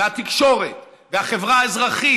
התקשורת והחברה האזרחית,